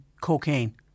...cocaine